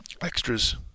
extras